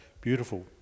Beautiful